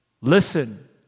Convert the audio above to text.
Listen